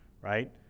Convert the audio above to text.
right